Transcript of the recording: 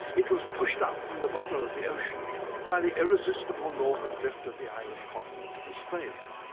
it was pushed up from the bottom of the ocean by the irresistible northern drift of the island continent of australia.